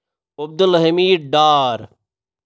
Abdul Hamid Dar